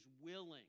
willing